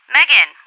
Megan